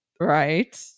Right